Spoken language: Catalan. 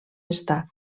està